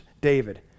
David